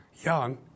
young